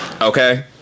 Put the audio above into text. Okay